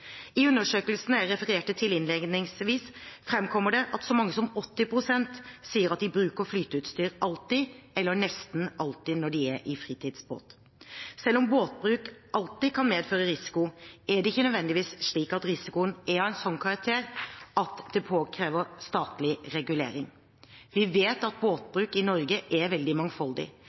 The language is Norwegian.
I undersøkelsen jeg refererte til innledningsvis, fremkommer det at så mange som 80 pst. sier at de bruker flyteutstyr «alltid» eller «nesten alltid» når de er i fritidsbåt. Selv om båtbruk alltid kan medføre risiko, er det ikke nødvendigvis slik at risikoen er av en slik karakter at det påkrever statlig regulering. Vi vet at